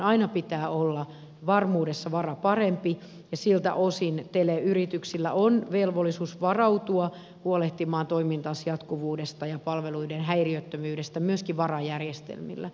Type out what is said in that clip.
aina pitää olla varmuudessa vara parempi ja siltä osin teleyrityksillä on velvollisuus varautua huolehtimaan toimintansa jatkuvuudesta ja palveluiden häiriöttömyydestä myöskin varajärjestelmillä